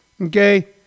okay